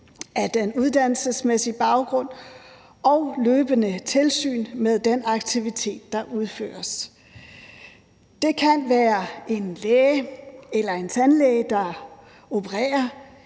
af den uddannelsesmæssige baggrund og løbende tilsyn med den aktivitet, der udføres. Det kan være en læge eller en tandlæge, der opererer,